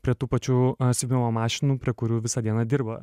prie tų pačių siuvimo mašinų prie kurių visą dieną dirba